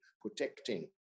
protecting